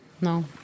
No